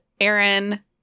Aaron